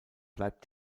bleibt